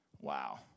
Wow